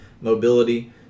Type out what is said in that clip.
mobility